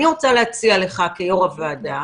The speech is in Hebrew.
אני רוצה להציע לך כיושב-ראש הוועדה